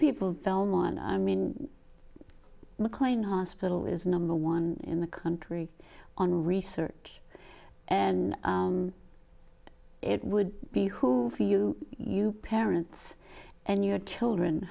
people film one i mean mclean hospital is number one in the country on research and it would be who for you you parents and your children